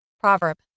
Proverb